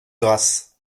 grasse